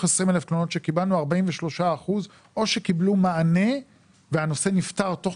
20,000 תלונות שקיבלנו 43% או שקיבלו מענה והנושא נפתר תוך